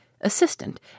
assistant